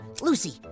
Lucy